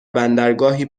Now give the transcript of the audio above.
بندرگاهی